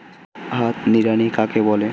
হাত নিড়ানি কাকে বলে?